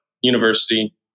University